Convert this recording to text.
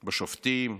בשופטים,